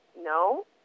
no